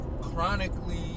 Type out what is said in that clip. chronically